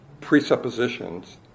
presuppositions